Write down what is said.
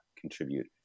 contribute